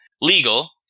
legal